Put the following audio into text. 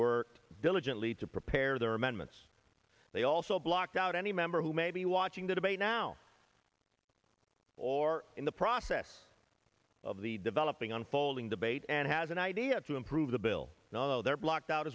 worked diligently to prepare their amendments they also blocked out any member who may be watching the debate now or in the process of the developing unfolding debate and has an idea to improve the bill no they're blocked out